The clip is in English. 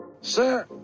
Sir